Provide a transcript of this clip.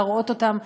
להראות אותם,